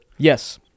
Yes